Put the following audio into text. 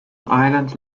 island